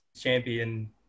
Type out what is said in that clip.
champion